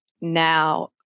now